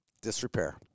Disrepair